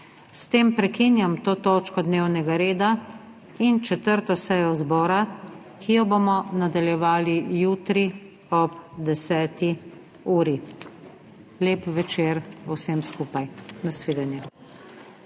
S tem prekinjam to točko dnevnega reda in četrto sejo zbora, ki jo bomo nadaljevali jutri ob 10. uri. Lep večer vsem skupaj. Na svidenje!